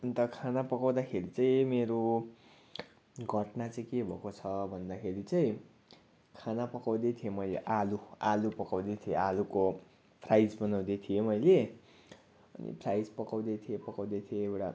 अन्त खाना पकाउँदाखेरि चाहिँ मेरो घटना चाहिँ के भएको छ भन्दाखेरि चाहिँ खाना पकाउँदै थिएँ मैले आलु आलु पकाउँदै थिएँ आलुको फ्राइज बनाउँदै थिएँ मैले फ्राइज पकाउँदै थिएँ पकाउँदै थिएँ एउटा